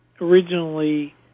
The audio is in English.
originally